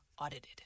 audited